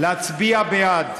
להצביע בעד.